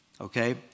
okay